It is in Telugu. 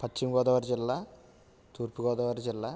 పశ్చిమగోదావరి జిల్లా తూర్పు గోదావరి జిల్లా